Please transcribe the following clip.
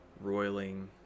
roiling